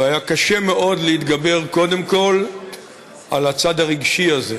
והיה קשה מאוד להתגבר קודם כול על הצד הרגשי הזה.